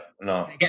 no